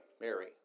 Mary